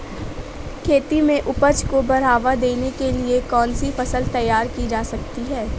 खेती में उपज को बढ़ावा देने के लिए कौन सी फसल तैयार की जा सकती है?